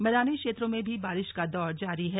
मैदानी क्षेत्रों में भी बारिश का दौर जारी है